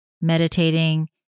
meditating